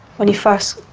when he first.